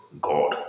God